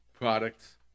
products